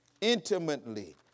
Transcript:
intimately